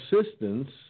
assistance